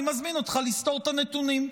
אני מזמין אותך לסתור את הנתונים.